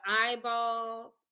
eyeballs